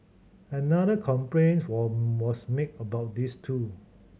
another complaint were was made about this too